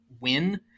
win